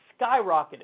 skyrocketed